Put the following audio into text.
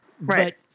Right